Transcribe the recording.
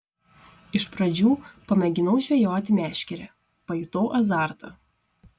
iš pradžių pamėginau žvejoti meškere pajutau azartą